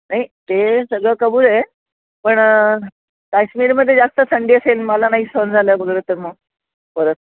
नाही ते सगळं कबूल आहे पण काश्मीरमध्ये जास्त थंडी असेल मला नाही सहन झालं अगोदरच तर मग परत